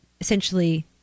essentially